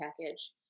package